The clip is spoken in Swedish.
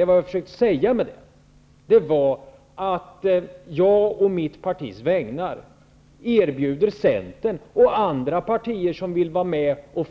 Men vad jag försökte säga med detta var att jag å mitt partis vägnar erbjuder Centern -- och andra partier som vill vara med på